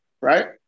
right